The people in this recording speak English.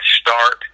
start